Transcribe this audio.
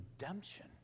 redemption